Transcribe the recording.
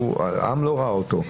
העם לא ראה אותו.